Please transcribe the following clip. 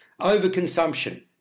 overconsumption